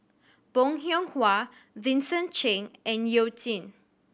Bong Hiong Hwa Vincent Cheng and You Jin